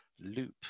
Loop